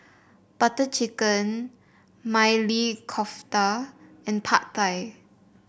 Butter Chicken Maili Kofta and Pad Thai